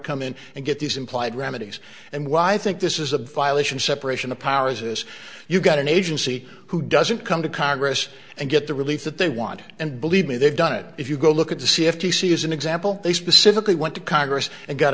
come in and get these implied remedies and why i think this is a violation separation of powers is you've got an agency who doesn't come to congress and get the relief that they want and believe me they've done it if you go look at to see if d c is an example they specifically went to congress and got